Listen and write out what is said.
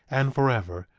and forever,